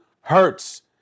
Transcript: hurts